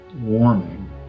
warming